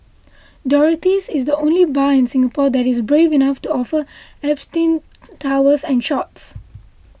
Dorothy's is the only bar in Singapore that is brave enough to offer Absinthe towers and shots